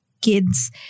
kids